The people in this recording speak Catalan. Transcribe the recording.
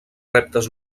reptes